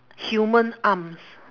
human arms